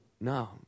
no